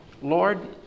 Lord